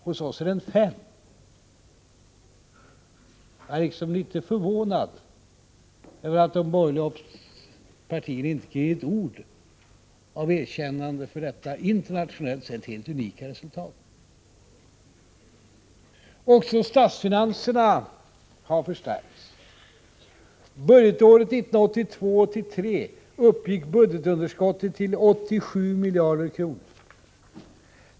Hos oss är den 5. Jag är litet förvånad över att de borgerliga partierna inte ger ett ord av erkännande för detta internationellt sett helt unika resultat. Också statsfinanserna har förstärkts. Budgetåret 1982/83 uppgick budgetunderskottet till 87 miljarder kronor.